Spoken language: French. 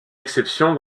exception